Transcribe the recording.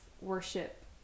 worship